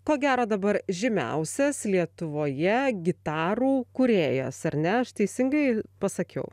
ko gero dabar žymiausias lietuvoje gitarų kūrėjas ar ne aš teisingai pasakiau